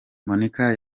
monika